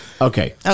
Okay